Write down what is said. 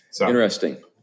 Interesting